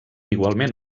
igualment